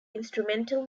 instrumental